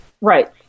Right